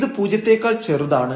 ഇത് പൂജ്യത്തെക്കാൾ ചെറുതാണ്